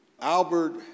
Albert